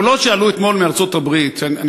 הקולות שעלו אתמול מארצות-הברית אני